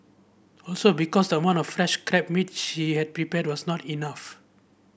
also because the amount of fresh crab meat she had prepared was not enough